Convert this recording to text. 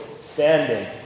standing